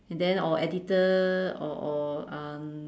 and then or editor or or um